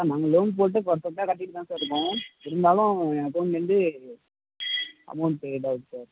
sir நாங்கள் loan போட்டு பர்ஃபெக்ட்டாக கட்டிக்கிட்டு தான் சார் இருக்கோம் இருந்தாலும் அக்கௌண்ட்லேந்து அமௌண்ட் பேய்டாருக்குது சார்